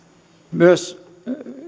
myös